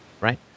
right